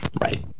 Right